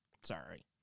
Sorry